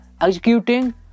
executing